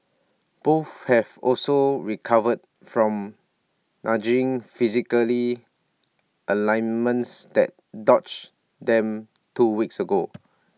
both have also recovered from niggling physical aliments that them two weeks ago